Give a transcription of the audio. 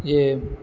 یہ